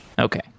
Okay